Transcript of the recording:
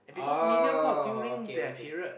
oh okay okay